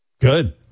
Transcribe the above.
Good